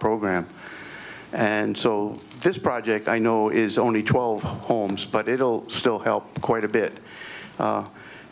program and so this project i know is only twelve homes but it'll still help quite a bit